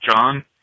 John